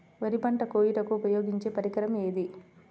వరి పంట కోయుటకు ఉపయోగించే పరికరం ఏది?